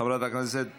חברת הכנסת השכל,